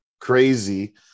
crazy